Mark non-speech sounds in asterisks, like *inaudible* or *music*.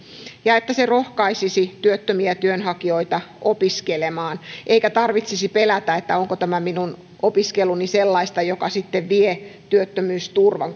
ja että se rohkaisisi työttömiä työnhakijoita opiskelemaan eikä tarvitsisi pelätä onko tämä minun opiskeluni sellaista joka sitten vie työttömyysturvan *unintelligible*